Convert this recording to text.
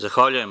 Zahvaljujem.